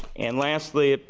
and lastly,